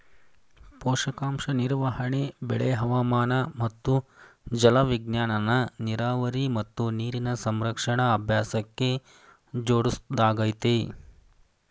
ಪೋಷಕಾಂಶ ನಿರ್ವಹಣೆ ಬೆಳೆ ಹವಾಮಾನ ಮತ್ತು ಜಲವಿಜ್ಞಾನನ ನೀರಾವರಿ ಮತ್ತು ನೀರಿನ ಸಂರಕ್ಷಣಾ ಅಭ್ಯಾಸಕ್ಕೆ ಜೋಡ್ಸೊದಾಗಯ್ತೆ